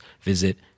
visit